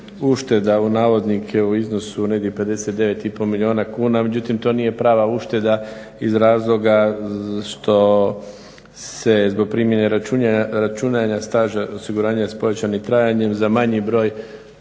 ušteda u navodnike u iznosu negdje 59 i pol milijuna kuna. Međutim, to nije prava ušteda iz razloga što se zbog primjene računanja staža osiguranja s povećanim trajanjem za manji broj